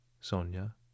Sonia